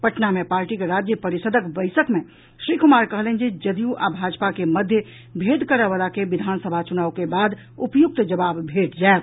पटना मे पार्टीक राज्य परिषदक बैसक मे श्री कुमार कहलनि जे जदयू आ भाजपा के मध्य भेद करय वला के विधानसभा चुनाव के बाद उपयुक्त जबाव भेटि जायत